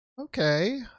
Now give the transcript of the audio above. Okay